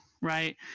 Right